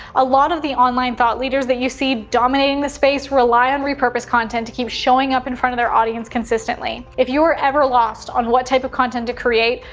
a lot of the online thought leaders that you see dominating this space rely on repurposed content to keep showing up in front of their audience consistently. if you are ever lost on what type of content to create,